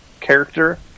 character